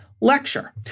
lecture